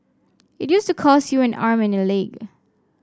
it used to cost you an arm and a leg